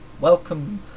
Welcome